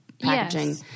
Packaging